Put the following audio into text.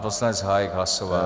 Poslanec Hájek hlasoval...